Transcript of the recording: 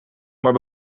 maar